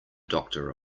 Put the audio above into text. doctor